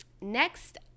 next